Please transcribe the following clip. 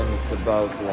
about